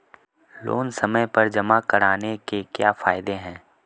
Loan समय पर जमा कराने के क्या फायदे हैं?